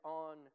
on